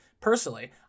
Personally